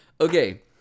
Okay